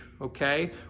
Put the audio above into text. Okay